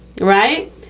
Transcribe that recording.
right